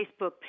Facebook